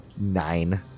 Nine